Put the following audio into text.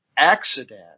Accident